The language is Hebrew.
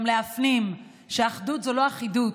גם להפנים שאחדות זו לא אחידות,